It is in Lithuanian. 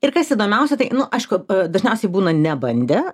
ir kas įdomiausia tai nu aišku dažniausiai būna nebandę